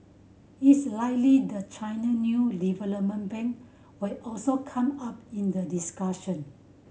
it's likely the China new development bank will also come up in the discussion